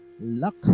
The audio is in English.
luck